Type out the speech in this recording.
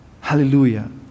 Hallelujah